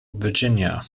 virginia